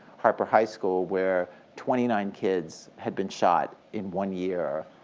harper high school, where twenty nine kids had been shot in one year.